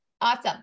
Awesome